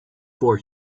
for